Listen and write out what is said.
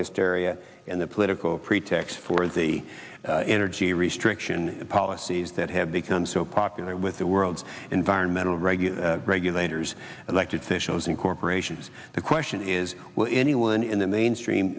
hysteria and the political pretext for the energy restriction policies that have become so popular with the world's environmental regular regulators elected officials and corporations the question is will anyone in the mainstream